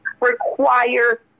require